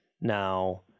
Now